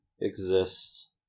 exists